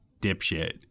dipshit